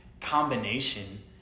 combination